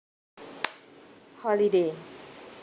holiday